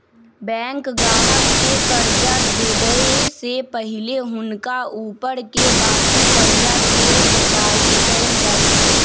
bank गाहक के कर्जा देबऐ से पहिले हुनका ऊपरके बाकी कर्जा के जचाइं कएल जाइ छइ